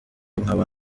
nkaba